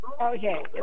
Okay